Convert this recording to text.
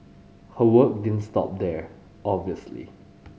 her work didn't stop there obviously